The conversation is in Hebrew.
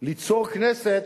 ליצור כנסת